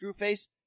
Screwface